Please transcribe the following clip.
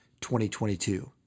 2022